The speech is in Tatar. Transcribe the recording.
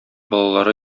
балалары